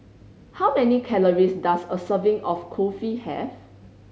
how many calories does a serving of Kulfi have